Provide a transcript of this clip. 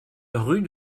rue